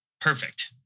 Perfect